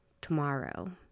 tomorrow